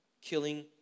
killing